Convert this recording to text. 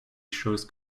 shows